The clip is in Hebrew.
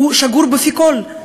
שגור בפי כול.